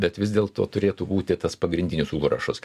bet vis dėlto turėtų būti tas pagrindinis užrašas